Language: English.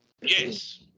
yes